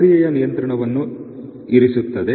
ಪ್ರಕ್ರಿಯೆಯ ನಿಯಂತ್ರಣವನ್ನು ಇರಿರುತ್ತದೆ